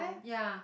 ya